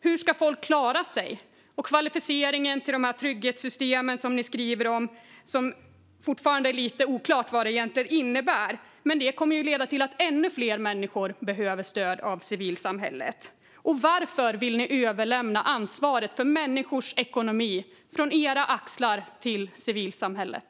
Hur ska folk klara sig? Och det är fortfarande oklart vad kvalificeringen till trygghetssystemen innebär, som ni skriver om. Men det kommer att leda till att ännu fler människor behöver stöd av civilsamhället. Varför vill ni överlämna ansvaret för människors ekonomi till civilsamhället?